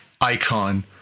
icon